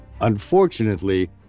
Unfortunately